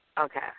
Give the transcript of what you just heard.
Okay